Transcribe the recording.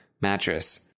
mattress